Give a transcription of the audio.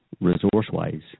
resource-wise